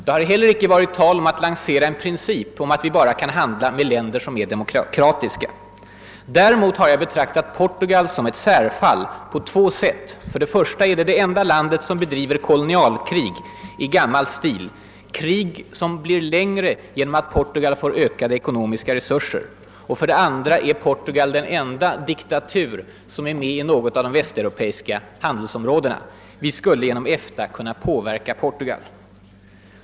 Det har heller icke varit tal om att lansera en princip om att vi bara kan handla med länder som är demokratiska. Däremot har jag betraktat Portugal som ett särfall på två sätt. För det första är Portugal det enda land som bedriver kolonialkrig i gammal stil, krig som blir längre genom att Portugal får ökade ekonomiska resurser. För det andra är Portugal den enda diktatur som är med i något av de västeuropeiska handelsområdena. Vi skulle genom EFTA kunna påverka Portugal.